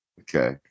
Okay